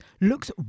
looks